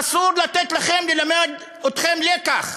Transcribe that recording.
אסור לתת לכם, נלמד אתכם לקח.